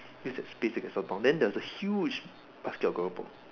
basically a sotong then there's a huge basket of keropok